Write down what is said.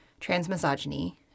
transmisogyny